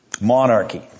monarchy